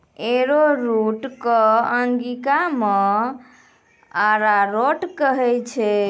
arrowroot कॅ अंगिका मॅ अरारोट कहै छै